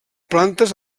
plantes